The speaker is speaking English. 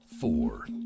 Four